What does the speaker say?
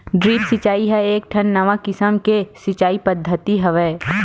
drip सिचई ह एकठन नवा किसम के सिचई पद्यति हवय